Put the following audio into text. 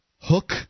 hook